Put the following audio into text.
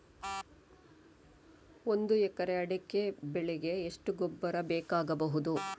ಒಂದು ಎಕರೆ ಅಡಿಕೆ ಬೆಳೆಗೆ ಎಷ್ಟು ಗೊಬ್ಬರ ಬೇಕಾಗಬಹುದು?